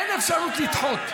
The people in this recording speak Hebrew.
אין אפשרות לדחות.